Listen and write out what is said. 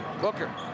Booker